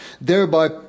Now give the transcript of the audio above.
thereby